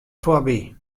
foarby